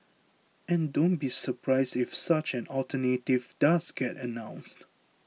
and don't be surprised if such an alternative does get announced